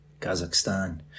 Kazakhstan